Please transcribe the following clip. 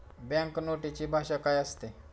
Bank नोटेची भाषा काय असते?